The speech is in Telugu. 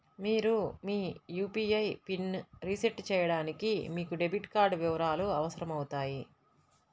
మీరు మీ యూ.పీ.ఐ పిన్ని రీసెట్ చేయడానికి మీకు డెబిట్ కార్డ్ వివరాలు అవసరమవుతాయి